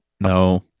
No